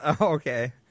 Okay